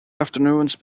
afternoons